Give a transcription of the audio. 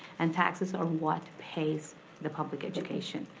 and taxes are what pays the public education.